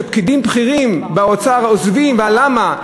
פקידים בכירים באוצר עוזבים, על מה?